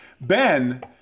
Ben